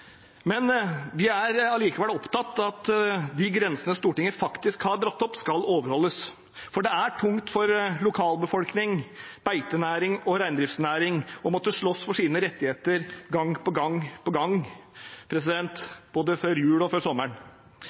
Vi er likevel opptatt av at de grensene Stortinget faktisk har dratt opp, skal overholdes. For det er tungt for lokalbefolkning, beitenæring og reindriftsnæring å måtte sloss for sine rettigheter, gang på gang, både før jul og før sommeren.